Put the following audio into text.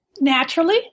naturally